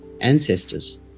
ancestors